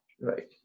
right